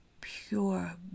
pure